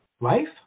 life